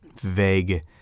vague